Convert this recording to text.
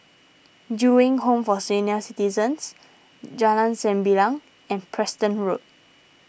Ju Eng Home for Senior Citizens Jalan Sembilang and Preston Road